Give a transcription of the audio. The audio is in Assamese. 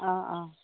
অ অ